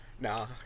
nah